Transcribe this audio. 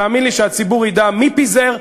תאמין לי שהציבור ידע מי פיזר,